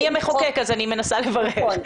אני המחוקק ולכן אני מנסה לברר.